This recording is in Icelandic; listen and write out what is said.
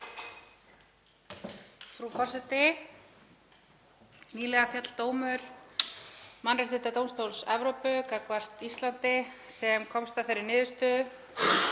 Frú forseti. Nýlega féll dómur Mannréttindadómstóls Evrópu gagnvart Íslandi sem komst að þeirri niðurstöðu